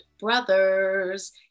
Brothers